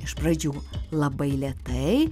iš pradžių labai lėtai